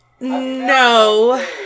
no